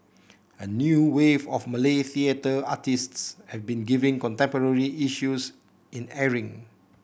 a new wave of Malay theatre artists have been giving contemporary issues in airing